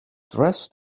dressed